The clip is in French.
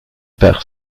par